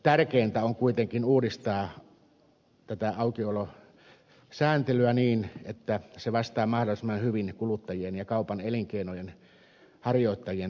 tärkeintä on kuitenkin uudistaa tätä aukiolosääntelyä niin että se vastaa mahdollisimman hyvin kuluttajien ja kaupan elinkeinojen harjoittajien tarpeita